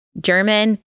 german